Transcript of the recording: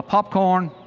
popcorn.